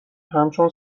همچون